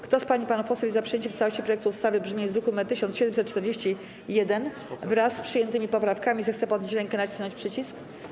Kto z pań i panów posłów jest za przyjęciem w całości projektu ustawy w brzmieniu z druku nr 1741, wraz z przyjętymi poprawkami, zechce podnieść rękę i nacisnąć przycisk.